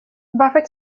varför